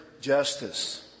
justice